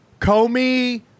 Comey